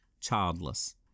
childless